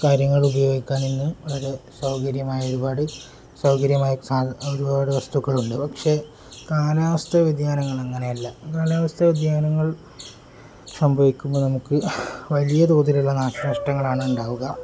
കാര്യങ്ങള് ഉപയോഗിക്കാന് ഇന്ന് വളരെ സൗകര്യമായ ഒരുപാടു സൗകര്യമായി ഒരുപാട് വസ്തുക്കളുണ്ട് പക്ഷെ കാലാവസ്ഥാ വ്യതിയാനങ്ങൾ അങ്ങനെയല്ല കാലാവസ്ഥാ വ്യതിയാനങ്ങൾ സംഭവിക്കുമ്പോള് നമുക്കു വലിയ തോതിലുള്ള നാശനഷ്ടങ്ങളാണ് ഉണ്ടാവുക